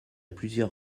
plusieurs